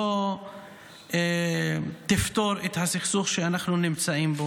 היא לא תפתור את הסכסוך שאנחנו נמצאים בו.